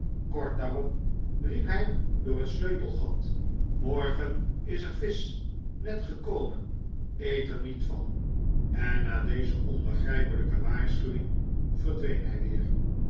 kort daarop riep hij door het sleutelgat morgen is er visch net gekomen eet er niet van en na deze onbegrijpelijke waarschuwing verdween hij weer